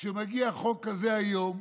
וכשמגיע חוק כזה היום,